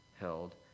held